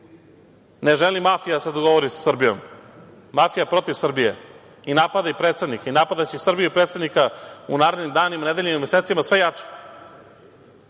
Ne želi mafija da se dogovori sa Srbijom. Mafija je protiv Srbije i napada i predsednika i napadaće i Srbiju i predsednika u narednim danima, nedeljama i mesecima sve jače. Na